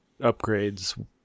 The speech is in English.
upgrades